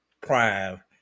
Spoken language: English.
Prime